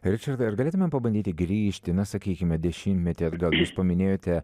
ričardai ar galėtumėm pabandyti grįžti na sakykime dešimtmetį atgal jūs paminėjote